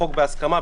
חוק בהסכמה,